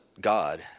God